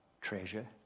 treasure